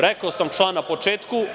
Rekao sam član na početku.